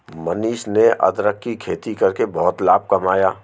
मनीष ने अदरक की खेती करके बहुत लाभ कमाया